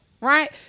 right